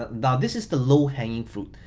now, this is the low hanging fruit.